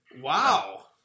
Wow